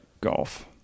golf